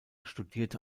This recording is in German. studierte